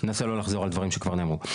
אני אנסה לא לחזור על כמה הערות שנאמרו.